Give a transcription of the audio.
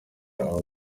aho